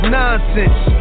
nonsense